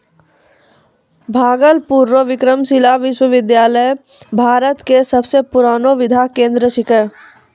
भागलपुर रो विक्रमशिला विश्वविद्यालय भारत के सबसे पुरानो विद्या केंद्र छिकै